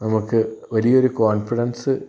നമ്മുക്ക് വല്യ ഒരു കോൺഫിഡൻസ്